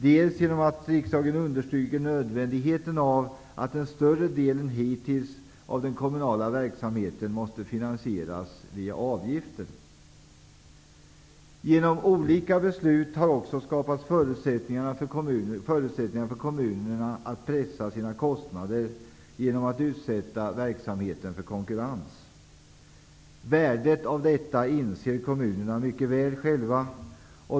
Dels genom att riksdagen understryker nödvändigheten av att en större del än hittills av den kommunala verksamheten måste finansieras med avgifter. Genom olika beslut har också skapats förutsättningar för kommunerna att pressa sina kostnader genom att utsätta verksamheten för konkurrens. Värdet av detta inser kommunerna själva.